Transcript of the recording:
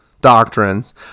doctrines